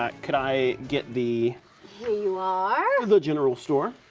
could i get the here you are. the general store.